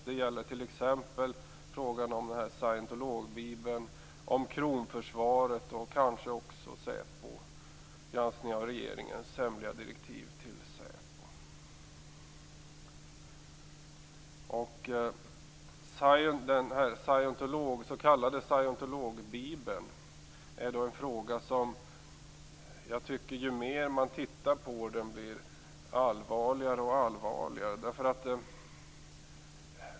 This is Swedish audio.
Det gäller t.ex. frågan om scientologbibeln, kronförsvaret och regeringens direktiv till säpo. Den s.k. scientologbibeln är en fråga där jag tycker att ju mer man tittar på den, desto allvarligare framstår den.